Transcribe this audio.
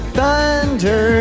thunder